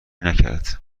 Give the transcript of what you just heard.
نکرد